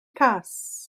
cas